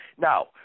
Now